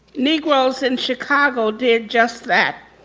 negros in chicago did just that.